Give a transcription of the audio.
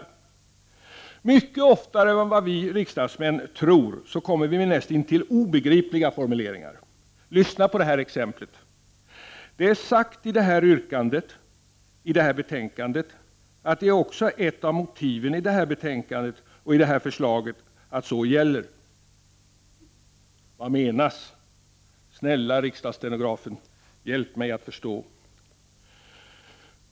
Mycket oftare än vi riksdagsmän tror kommer vi med näst intill obegripliga formuleringar. Lyssna på det här exemplet: ”Det är sagt i det här yrkandet, i det här betänkandet, att det är också ett av motiven i det här betänkandet och i det här förslaget att så gäller.” Vad menas? — Snälla riksdagsstenografen, hjälp mig att förstå!